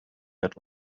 had